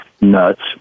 nuts